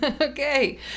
okay